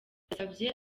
yasabye